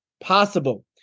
possible